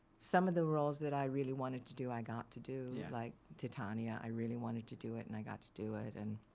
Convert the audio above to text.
some of the roles that i really wanted to do, i got to do yeah like titania. i really wanted to do it and i got to do it. and